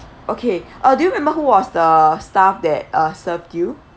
okay uh do you remember who was the staff that uh served you